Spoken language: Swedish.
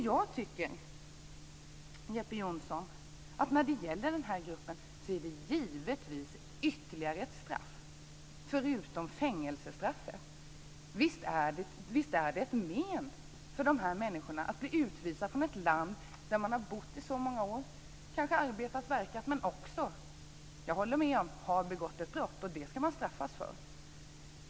Jag tycker, Jeppe Johnsson, att när det gäller den här gruppen är det givetvis ytterligare ett straff förutom fängelsestraffet. Visst är det ett men för dessa människor att bli utvisade från ett land där de har bott i så många år och kanske arbetat och verkat men också, det håller jag med om, begått ett brott, och det ska de straffas för.